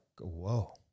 whoa